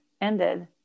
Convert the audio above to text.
ended